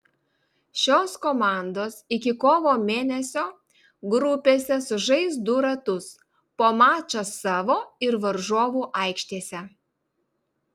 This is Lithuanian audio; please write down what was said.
šios komandos iki kovo mėnesio grupėse sužais du ratus po mačą savo ir varžovų aikštėse